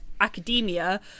academia